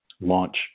launch